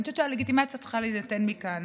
אני חושבת שהלגיטימציה צריכה להינתן מכאן.